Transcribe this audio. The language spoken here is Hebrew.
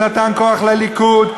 הוא נתן כוח לליכוד,